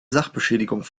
sachbeschädigung